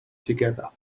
together